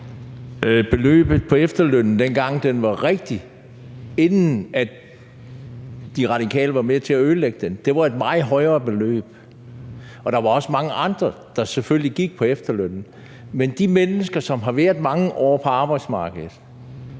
Beløbet på efterlønnen – dengang den var rigtig, inden De Radikale var med til at ødelægge det – var et meget højere beløb, og der var også mange andre, der selvfølgelig gik på efterløn. Men de mennesker, der har været mange år på arbejdsmarkedet